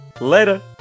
later